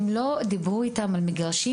הם לא דיברו איתם על מגרשים,